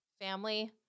family